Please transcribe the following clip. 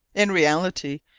in reality,